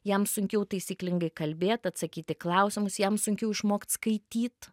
jam sunkiau taisyklingai kalbėt atsakyt į klausimus jam sunkiau išmokt skaityt